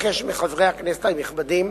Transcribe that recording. אבקש מחברי הכנסת הנכבדים